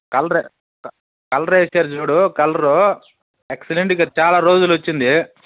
కలరే క కలర్ వేశారు చూడు కలరు ఎక్సలెంట్గా చాలా రోజులొచ్చింది